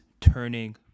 turning